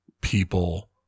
people